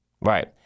Right